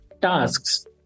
tasks